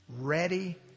ready